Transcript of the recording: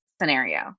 scenario